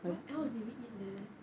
what else did we eat there